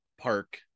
park